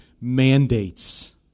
mandates